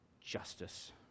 justice